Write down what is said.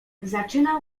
zaczynał